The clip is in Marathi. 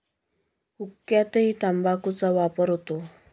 हुक्क्यातही तंबाखूचा वापर होतो